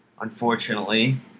unfortunately